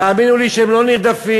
תאמינו לי שהם לא נרדפים,